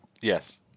Yes